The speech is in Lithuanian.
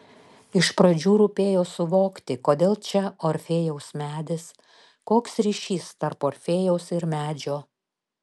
iš pradžių rūpėjo suvokti kodėl čia orfėjaus medis koks ryšys tarp orfėjaus ir medžio